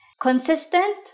consistent